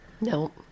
Nope